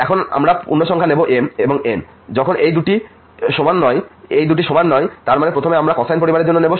এখন আমরা পূর্ণসংখ্যা নেব m এবং n যখন এই দুটি সমান নয় তার মানে প্রথমে আমরা কোসাইন পরিবারের জন্য নেব